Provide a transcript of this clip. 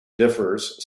differs